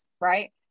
right